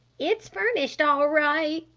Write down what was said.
it's furnished all right,